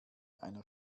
einer